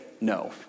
no